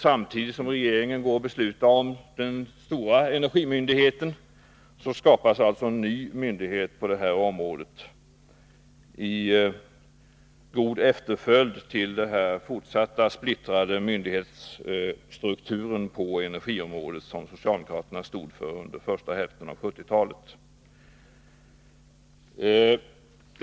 Samtidigt som regeringen nyligen beslutade om energiverket skapas alltså en ny myndighet på detta område, i god efterföljd till den splittrade myndighetsstruktur på energiområdet som socialdemokraterna stod för under första hälften av 1970-talet.